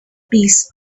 piece